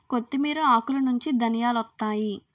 కొత్తిమీర ఆకులనుంచి ధనియాలొత్తాయి